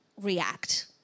react